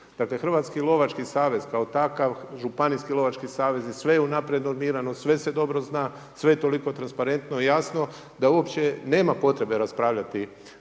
Dakle Hrvatski lovački savez kao takav, županijski lovački savezi sve je unaprijed normirano, sve se dobro zna. Sve je toliko transparentno i jasno da uopće nema potrebe raspravljati na